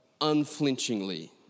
unflinchingly